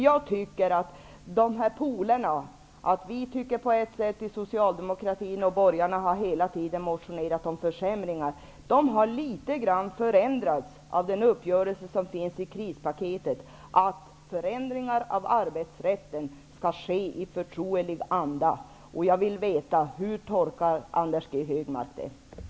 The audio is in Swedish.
Jag tycker att dessa poler, där Socialdemokraterna tycker på ett sätt och borgarna hela tiden har motionerat om försämringar, litet grand har förändrats av den uppgörelse som finns i krispaketet om att förändringar av arbetsrätten skall ske i förtrolig anda. Jag vill veta hur Anders G Högmark tolkar detta.